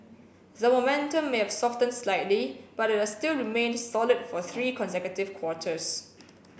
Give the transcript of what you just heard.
the momentum may have softened slightly but it has still remained solid for three consecutive quarters